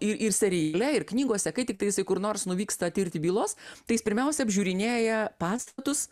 ir ir seriale ir knygose kai tiktai jisai kur nors nuvyksta tirti bylos tai jis pirmiausia apžiūrinėja pastatus